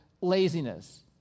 laziness